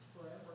Forever